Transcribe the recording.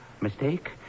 Mistake